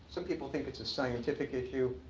so people think it's a scientific issue.